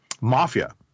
mafia